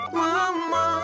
mama